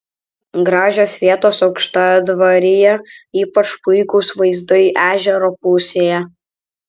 gražios vietos aukštadvaryje ypač puikūs vaizdai ežero pusėje